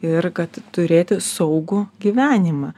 ir kad turėti saugų gyvenimą